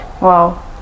Wow